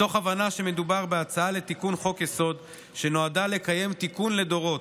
מתוך הבנה שמדובר בהצעה לתיקון חוק-יסוד שנועדה לקיים תיקון לדורות,